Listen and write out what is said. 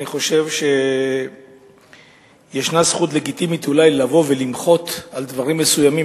אני חושב שיש זכות לגיטימית אולי לבוא ולמחות על דברים מסוימים,